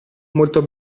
molto